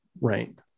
right